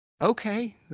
Okay